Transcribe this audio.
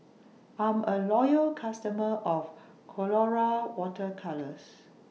I'm A Loyal customer of Colora Water Colours